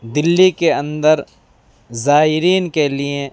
دہلی کے اندر زائرین کے لیے